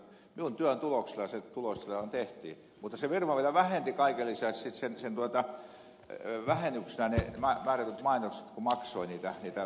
minun työni tuloksella se tulos siellä tehtiin mutta se firma vielä vähensi kaiken lisäksi vähennyksenä nämä määrätyt mainokset kun maksoi niitä